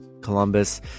Columbus